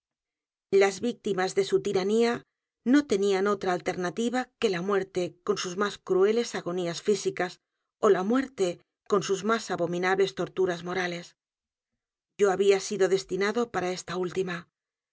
las víctimas de su tiraníano tenían otra alternativa que la muerte con sus más crueles agonías físicas ola muerte con sus más abominables torturas morales yo había sido destinado p a r a esta última